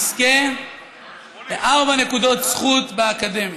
יזכה בארבע נקודות זכות באקדמיה.